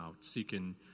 seeking